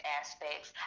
aspects